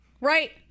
right